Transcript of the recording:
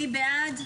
מי בעד?